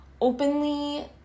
openly